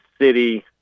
city